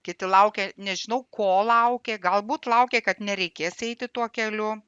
kiti laukė nežinau ko laukė galbūt laukė kad nereikės eiti tuo keliu